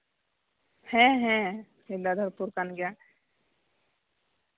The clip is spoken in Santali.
ᱦᱮᱸ ᱦᱮᱸ ᱵᱤᱫᱽᱫᱟᱫᱷᱚᱨᱯᱩᱨ ᱠᱟᱱ ᱜᱮᱭᱟ